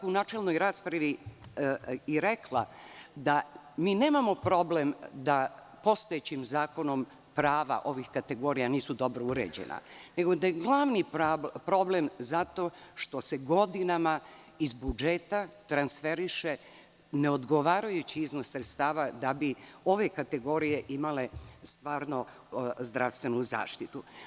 U načelnoj raspravi sam i rekla da mi nemamo problem da postojećim zakonom prava ovih kategorija nisu dobro uređena, nego da je glavni problem zato što se godinama iz budžeta transferiše neodgovarajući iznos sredstava da bi ove kategorije imale stvarno zdravstvenu zaštitu.